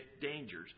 dangers